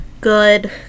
good